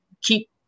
keep